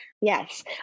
Yes